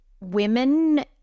women